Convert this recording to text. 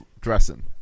dressing